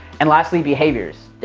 and lastly, behaviors.